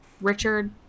Richard